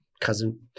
cousin